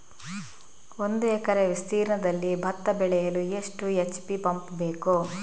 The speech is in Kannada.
ಒಂದುಎಕರೆ ವಿಸ್ತೀರ್ಣದಲ್ಲಿ ಭತ್ತ ಬೆಳೆಯಲು ಎಷ್ಟು ಎಚ್.ಪಿ ಪಂಪ್ ಬೇಕು?